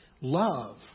love